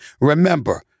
Remember